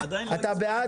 אתה בעד?